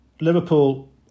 Liverpool